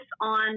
on